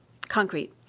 Concrete